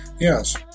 Yes